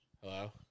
Hello